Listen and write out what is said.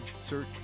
search